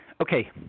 Okay